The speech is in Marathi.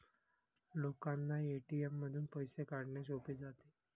लोकांना ए.टी.एम मधून पैसे काढणे सोपे जाते